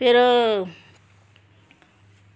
फिर